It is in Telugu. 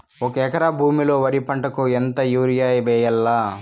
ఒక ఎకరా భూమిలో వరి పంటకు ఎంత యూరియ వేయల్లా?